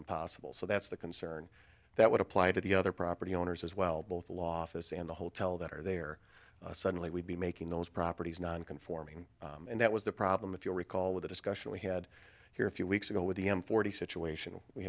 impossible so that's the concern that would apply to the other property owners as well both the law office and the hotel that are there suddenly would be making those properties non conforming and that was the problem if you recall the discussion we had here a few weeks ago with the m forty situation we